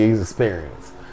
experience